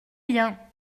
bien